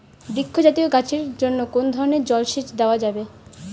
বৃক্ষ জাতীয় গাছের জন্য কোন ধরণের জল সেচ দেওয়া যাবে?